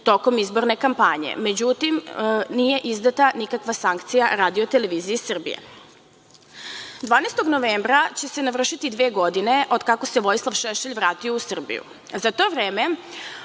tokom izborne kampanje. Međutim, nije izdata nikakva sankcija RTS-u. Dana 12. novembra će se navršiti dve godine od kako se Vojislav Šešelj vratio u Srbiju. Za to vreme